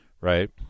Right